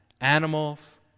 animals